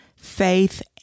faith